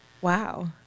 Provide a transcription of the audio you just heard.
Wow